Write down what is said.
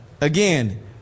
Again